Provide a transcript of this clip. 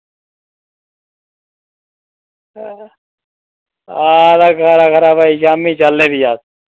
हां तां खरा खरा भाई शाम्मी चलने फ्ही अस